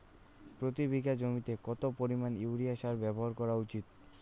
প্রতি বিঘা জমিতে কত পরিমাণ ইউরিয়া সার ব্যবহার করা উচিৎ?